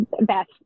Beth